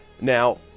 Now